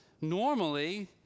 normally